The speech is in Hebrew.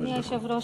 אדוני היושב-ראש,